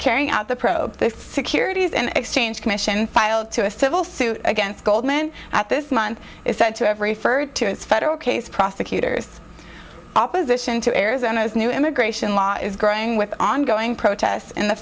carrying out the probe the securities and exchange commission filed to a civil suit against goldman at this month is said to have referred to as federal case prosecutors opposition to arizona's new immigration law is growing with ongoing protests in the